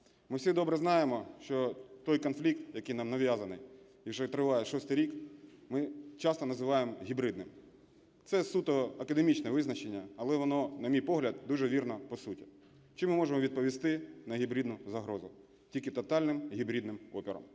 Ми всі добре знаємо, що той конфлікт, який нам нав'язаний і що триває шостий рік, ми часто називаємо гібридним. Це суто академічне визначення, але воно, на мій погляд, дуже вірно по суті. Чим ми можемо відповісти на гібридну загрозу? Тільки тотальним гібридним опором.